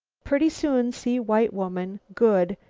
pretty soon see white woman good,